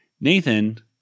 Nathan